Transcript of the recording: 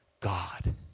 God